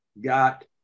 got